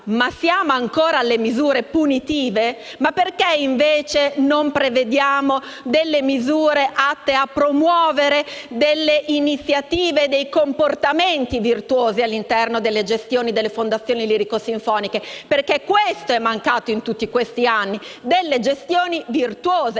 ma siamo ancora alle misure punitive? Perché, invece, non prevediamo misure atte a promuovere iniziative e comportamenti virtuosi all'interno delle gestioni delle fondazioni lirico-sinfoniche? Ciò che è, infatti, mancato in tutti questi anni sono le gestioni virtuose,